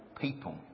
people